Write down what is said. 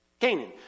Canaan